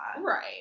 Right